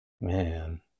Man